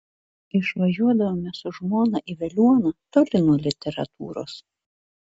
išvažiuodavome su žmona į veliuoną toli nuo literatūros